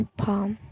palm